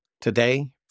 Today